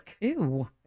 Ew